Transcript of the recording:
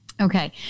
Okay